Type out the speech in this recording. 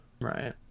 Right